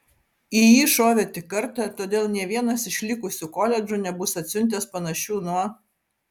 į jį šovė tik kartą todėl nė vienas iš likusių koledžų nebus atsiuntęs panašių nuo